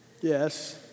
yes